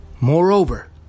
Moreover